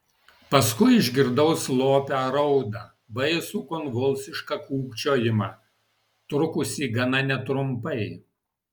paskui išgirdau slopią raudą baisų konvulsišką kūkčiojimą trukusį gana netrumpai